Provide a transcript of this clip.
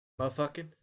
Motherfucking